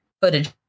footage